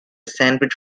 sandwich